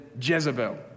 Jezebel